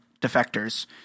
defectors